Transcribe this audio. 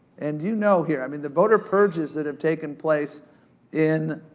and you know here, i mean, the voter purges that have taken place in